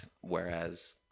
Whereas